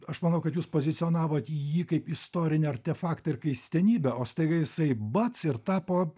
aš manau kad jūs pozicionavot į jį kaip istorinį artefaktą ir keistenybę o staiga jisai bac ir tapo